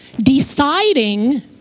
deciding